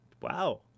wow